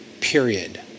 period